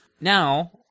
Now